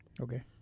okay